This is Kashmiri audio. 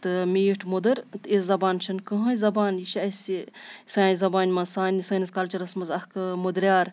تہٕ میٖٹھ مٔدٕر تہٕ یِژھ زبان چھَنہٕ کٕہٕنۍ زبان یہِ چھےٚ اَسہِ سانہِ زبانہِ منٛز سانہِ سٲنِس کَلچرَس منٛز اَکھٕ مٔدریٛار